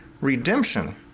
redemption